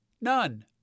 None